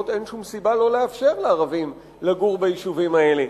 ואין שום סיבה לא לאפשר לערבים לגור ביישובים האלה.